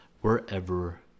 wherever